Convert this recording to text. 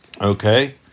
Okay